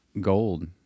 gold